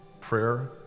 prayer